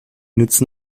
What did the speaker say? nützen